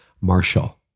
Marshall